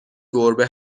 گربه